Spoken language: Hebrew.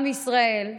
עם ישראל,